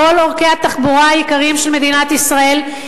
כל עורקי התחבורה העיקריים של מדינת ישראל,